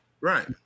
Right